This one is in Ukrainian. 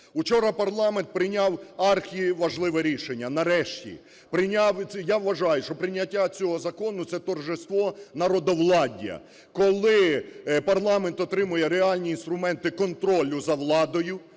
Учора парламент прийняв архіважливе рішення нарешті. Прийняв… Я вважаю, що прийняття цього закону – це торжество народовладдя, коли парламент отримує реальні інструменти контролю за владою